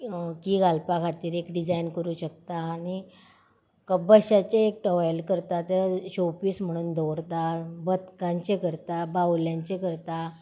की घालपा खातीर एक डिजायन करूंक शकता आनी कप बश्याचें एक टॉवेल करता तें शो पीस म्हणून दवरता बदकांचें करता बावल्यांचें करता